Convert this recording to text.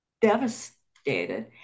devastated